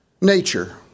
nature